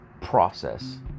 process